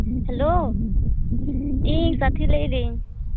hello ᱤᱧ ᱥᱟᱛᱷᱤ ᱞᱟᱹᱭᱫᱟᱹᱧ